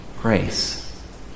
grace